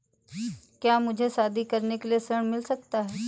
क्या मुझे शादी करने के लिए ऋण मिल सकता है?